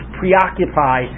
preoccupy